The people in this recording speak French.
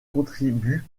contribue